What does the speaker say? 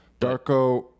darko